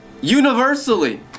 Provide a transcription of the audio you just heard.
Universally